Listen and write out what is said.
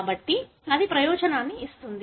కాబట్టి అది ప్రయోజనాన్ని ఇస్తుంది